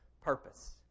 purpose